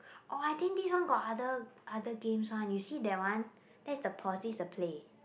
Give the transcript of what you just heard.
orh I think this one got other other games one you see that one that is the pause this the play